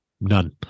None